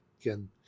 again